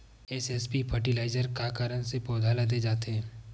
SSP fertiliser का कारण से पौधा ल दे जाथे?